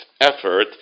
effort